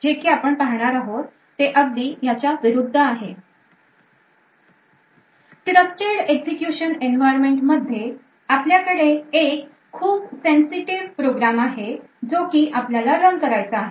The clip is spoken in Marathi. जे की आपण पाहणार आहोत ते अगदी ह्याच्या विरुद्ध आहे Trusted Execution Environment मध्ये आपल्याकडे एक खूप sensitive प्रोग्राम आहे जो की आपल्याला रन करायचा आहे